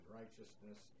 righteousness